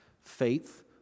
Faith